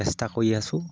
চেষ্টা কৰি আছো